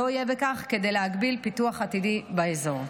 לא יהיה בכך כדי להגביל פיתוח עתידי באזור.